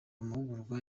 amahugurwa